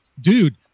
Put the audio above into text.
dude